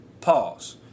pause